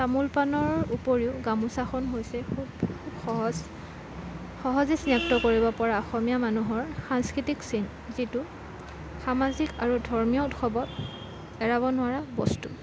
তামোল পাণৰ উপৰিও গামোচাখন হৈছে খুব সহজ সহজে চিনাক্ত কৰিবপৰা অসমীয়া মানুহৰ সাংস্কৃতিক চিন যিটো সামাজিক আৰু ধৰ্মীয় উৎসৱত এৰাব নোৱাৰা বস্তু